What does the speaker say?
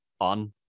on